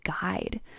guide